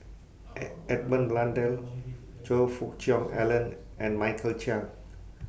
ad Edmund Blundell Choe Fook Cheong Alan and Michael Chiang